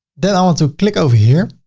then i want to click over here.